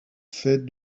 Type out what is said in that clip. fait